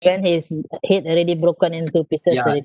then his head already broken into pieces already